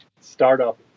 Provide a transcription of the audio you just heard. startup